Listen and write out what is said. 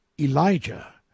Elijah